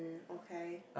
okay